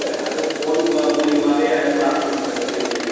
இல்லை அது ஃபோன் மூலியமாகவே அனுப்பலாம் ஒன்றும் பிரச்சனை இல்லை